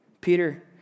Peter